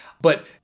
But-